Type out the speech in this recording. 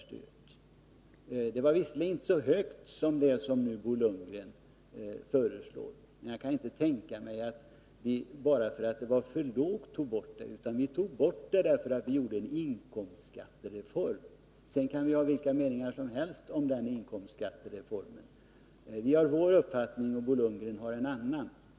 Detta var visserligen inte så högt som det som Bo Lundgren nu föreslår, men jag kan inte tänka mig att det var för att det var för lågt som vi tog bort det, utan vi tog bort det därför att vi gjorde en inkomstskattereform. Sedan kan vi ha vilka meningar som helst om den inkomstskattereformen — vi har vår uppfattning, och Bo Lundgren har en annan.